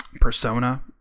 persona